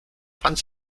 fand